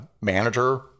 manager